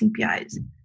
CPIs